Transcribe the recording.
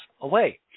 away